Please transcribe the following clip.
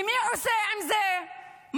ומי עושה עם זה משהו?